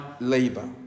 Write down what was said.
labor